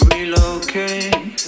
Relocate